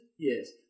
Yes